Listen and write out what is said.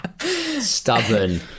Stubborn